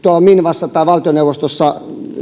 minvassa tai valtioneuvostossa